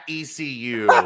ECU